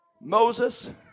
Moses